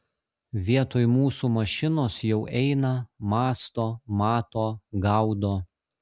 vietoj mūsų mašinos jau eina mąsto mato gaudo